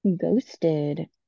ghosted